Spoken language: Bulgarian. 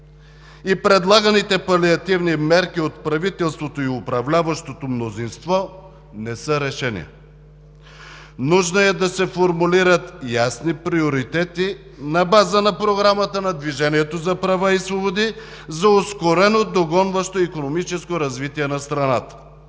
и предлаганите палиативни мерки от правителството и управляващото мнозинство не са решение. Нужно е да се формулират ясни приоритети на база на Програмата на „Движението за права и свободи“ за ускорено догонващо икономическо развитие на страната.